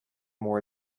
more